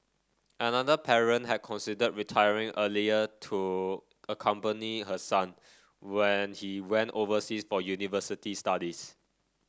another parent had considered retiring earlier to accompany her son when he went overseas for university studies